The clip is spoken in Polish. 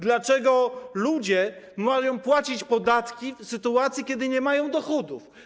Dlaczego ludzie mają płacić podatki w sytuacji, kiedy nie mają dochodów?